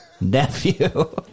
nephew